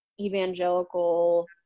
evangelical